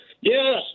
Yes